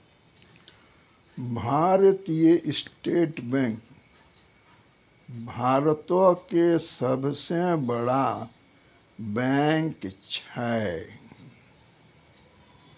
भारतीय state bank भारतो के सभ से बड़ा बैंक छै